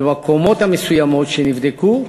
במקומות המסוימים שנבדקו,